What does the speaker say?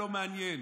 לא מעניין.